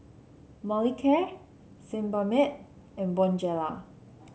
Molicare Sebamed and Bonjela